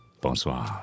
Bonsoir